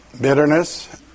bitterness